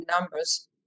numbers